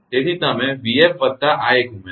તેથી તમે 𝑣𝑓 વત્તા આ એક ઉમેરો